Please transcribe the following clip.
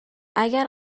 اگه